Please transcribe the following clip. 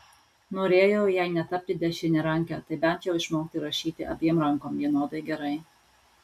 norėjau jei ne tapti dešiniaranke tai bent jau išmokti rašyti abiem rankom vienodai gerai